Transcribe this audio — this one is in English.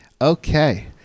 Okay